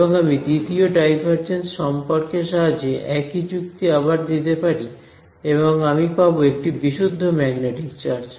এবং আমি দ্বিতীয় ডাইভারজেন্স সম্পর্কের সাহায্যে একই যুক্তি আবার দিতে পারি এবং আমি পাব একটি বিশুদ্ধ ম্যাগনেটিক চার্জ